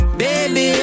baby